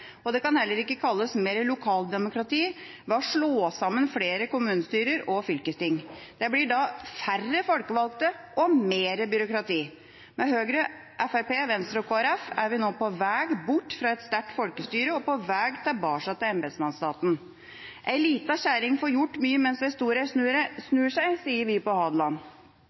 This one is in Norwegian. ulempe. Det kan heller ikke kalles mer lokaldemokrati å slå sammen flere kommunestyrer og fylkesting. Da blir det færre folkevalgte og mer byråkrati. Med Høyre, Fremskrittspartiet, Venstre og Kristelig Folkeparti er vi nå på vei bort fra et sterkt folkestyre og på vei tilbake til embetsmannsstaten. «Ei lita kjerring får gjort mye mens ei stor snur seg», sier vi på Hadeland.